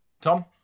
Tom